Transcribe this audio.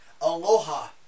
Aloha